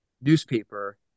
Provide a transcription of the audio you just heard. newspaper